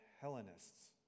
Hellenists